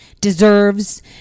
deserves